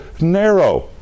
narrow